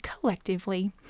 collectively